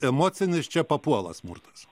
emocinis čia papuola smurtas